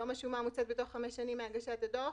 היום השומה מוצאת בתוך חמש שנים מהגשת הדוח,